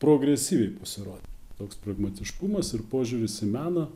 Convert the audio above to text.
progresyviai pasirodė toks pragmatiškumas ir požiūris į meną